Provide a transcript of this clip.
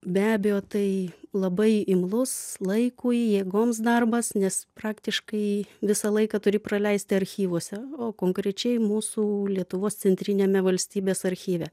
be abejo tai labai imlus laikui jėgoms darbas nes praktiškai visą laiką turi praleisti archyvuose o konkrečiai mūsų lietuvos centriniame valstybės archyve